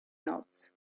else